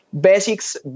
basics